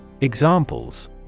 Examples